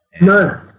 no